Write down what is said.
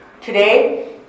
today